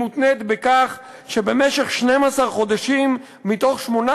היא מותנית בכך שבמשך 12 חודשים מתוך 18